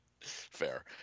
Fair